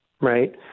right